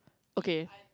okay